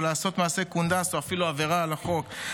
או לעשות מעשה קונדס או אפילו עבירה על החוק.